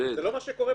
שקורה בפועל.